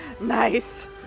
Nice